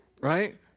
right